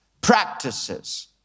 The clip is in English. practices